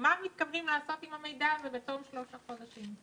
מה מתכוונים לעשות עם המידע הזה בתום שלושת החודשים?